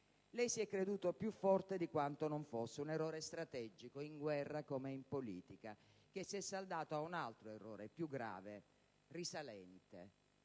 Lei si è creduto più forte di quanto non fosse. Errore strategico, in guerra come in politica, che si è saldato ad un altro errore più grave, risalente: